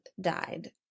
died